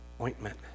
ointment